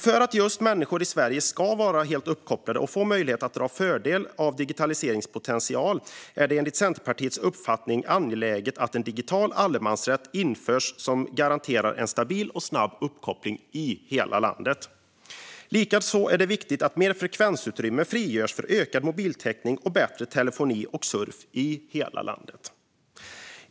För att människor i Sverige ska kunna vara helt uppkopplade och få möjlighet att dra fördel av digitaliseringens potential är det enligt Centerpartiets uppfattning angeläget att en digital allemansrätt införs som garanterar en stabil och snabb uppkoppling i hela landet. Likaså är det viktigt att mer frekvensutrymme frigörs för ökad mobiltäckning och bättre telefoni och surf i hela landet.